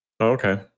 Okay